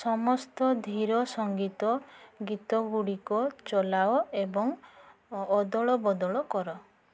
ସମସ୍ତ ଧୀର ସଂଗୀତ ଗୀତ ଗୁଡ଼ିକ ଚଲାଅ ଏବଂ ଅଦଳବଦଳ କର